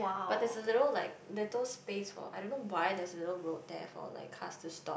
but there's little like little space for I don't know why there's a little road there for like cars to stop